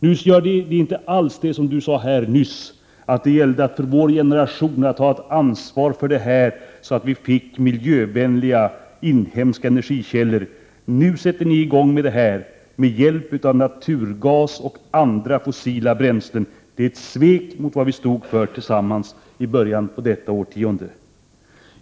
Ni gör inte alls på det sätt som Åke Wictorsson sade nyss, vad gäller vår generations ansvar för att vi får miljövänliga, inhemska energikällor. Nu sätter ni i gång avvecklingen med hjälp av naturgas och andra fossila bränslen. Det är ett svek mot vad vi tillsammans stod för i början av detta årtionde.